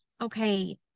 okay